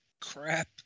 crap